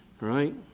right